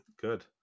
Good